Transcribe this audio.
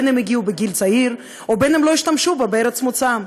הגיעו בגיל צעיר או שלא השתמשו בה בארץ מוצאם.